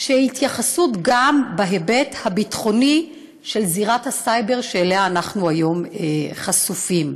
של התייחסות גם בהיבט הביטחוני לזירת הסייבר שאנחנו היום לה חשופים.